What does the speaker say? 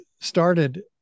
started